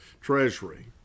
treasury